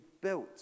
built